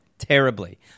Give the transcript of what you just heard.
Terribly